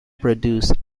produce